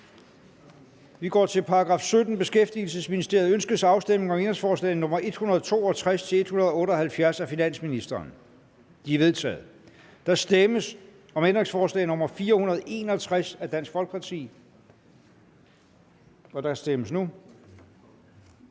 Til § 17. Beskæftigelsesministeriet. Ønskes afstemning om ændringsforslag nr. 162-178 af finansministeren? De er vedtaget. Der stemmes om ændringsforslag nr. 461 af Dansk Folkeparti, og der kan stemmes nu.